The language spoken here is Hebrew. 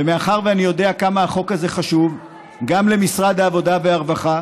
ומאחר שאני יודע כמה החוק הזה חשוב גם למשרד העבודה והרווחה,